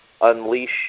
unleash